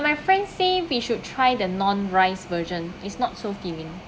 my friend say we should try the non rice version is not so filling